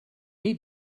need